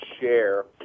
share